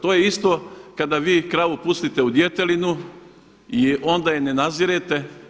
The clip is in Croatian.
To je isto kada vi kravu pustite u djetelinu i onda je ne nazirete.